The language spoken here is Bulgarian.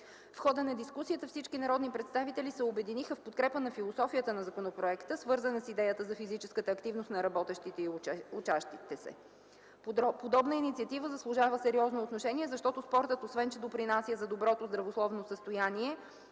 В хода на дискусията всички народни представители се обединиха в подкрепа на философията на законопроекта, свързана с идеята за физическата активност на работещите и учащите се. Подобна инициатива заслужава сериозно отношение, защото спортът, освен че допринася за доброто здравословно състояние,